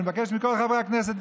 אני מבקש מכל חברי הכנסת,